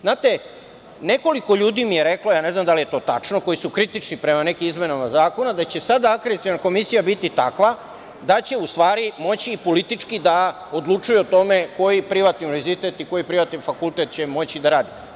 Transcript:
Znate, nekoliko ljudi mi je reklo, ne znam da li je to tačno, koji su kritični prema nekim izmenama zakona, da će sada Akreditaciona komisija biti takva da će u stvari moći i politički da odlučuje o tome koji privatni univerzitet, koji privatni fakultet će moći da radi.